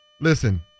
Listen